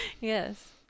Yes